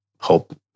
hope